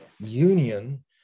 union